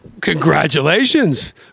Congratulations